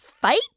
Fight